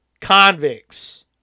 convicts